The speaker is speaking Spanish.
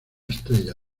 estrella